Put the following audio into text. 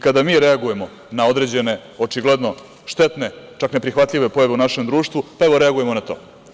Kada mi reagujemo na određene očigledno štetne, čak neprihvatljive pojave u našem društvu, reagujemo i na to.